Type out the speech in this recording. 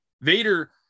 Vader